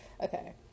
Okay